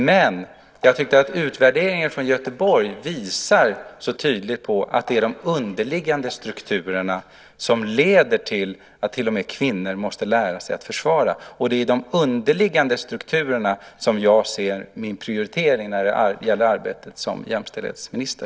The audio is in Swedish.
Jag tycker dock att utvärderingen från Göteborg tydligt visar på att det är de underliggande strukturerna som leder till att till och med kvinnor måste lära sig att försvara sig, och det är de underliggande strukturerna som jag vill prioritera i mitt arbete som jämställdhetsminister.